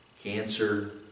cancer